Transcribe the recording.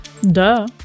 Duh